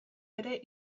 ere